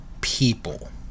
people